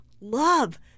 love